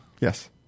yes